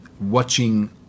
watching